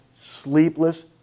sleepless